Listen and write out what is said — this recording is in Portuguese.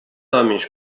homens